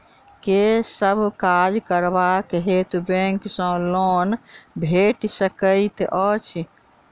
केँ सब काज करबाक हेतु बैंक सँ लोन भेटि सकैत अछि?